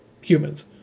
humans